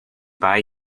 buy